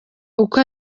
uko